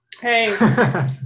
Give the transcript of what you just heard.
Hey